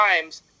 times